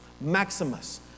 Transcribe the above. Maximus